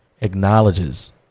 acknowledges